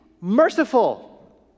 merciful